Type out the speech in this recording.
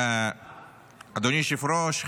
אדוני היושב-ראש,